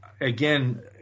again